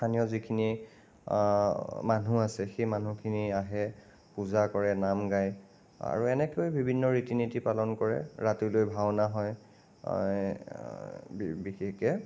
স্থানীয় যিখিনি মানুহ আছে সেইখিনি মানুহখিনি আহে পূজা কৰে নাম গায় আৰু এনেকৈয়ে বিভিন্ন ৰীতি নীতি পালন কৰে ৰাতিলৈ ভাওনা হয় বিশেষকৈ